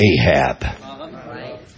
Ahab